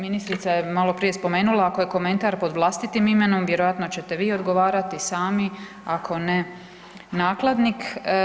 Ministrica je malo prije spomenula ako je komentar pod vlastitim imenom vjerojatno ćete vi odgovarati sami, ako ne nakladnik.